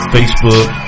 Facebook